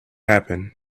happen